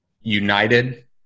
united